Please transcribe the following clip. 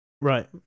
Right